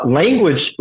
language